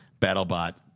BattleBot